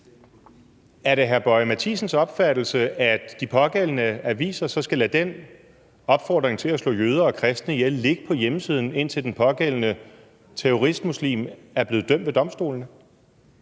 Er det hr. Lars Boje Mathiesens opfattelse, at de pågældende aviser så skal lade den opfordring til at slå jøder og kristne ihjel ligge på hjemmesiden, indtil den pågældende terroristmuslim er blevet dømt ved domstolene?